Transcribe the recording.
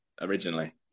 originally